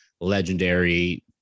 legendary